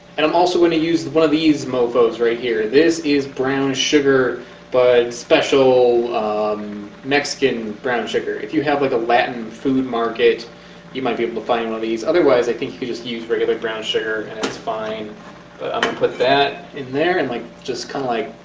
and i'm also going to use the one of these mofos right here this is brown sugar but special mexican brown sugar if you have like a latin food market you might be able to find one of these otherwise, i think you could just use regular brown sugar and it's fine but i'm gonna put that in there and like just kind of like